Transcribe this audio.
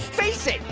face it,